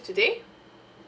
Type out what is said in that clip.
today